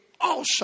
awesome